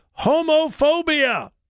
homophobia